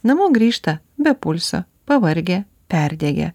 namo grįžta be pulso pavargę perdegę